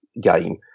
game